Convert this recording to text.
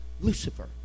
Lucifer